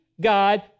God